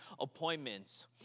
appointments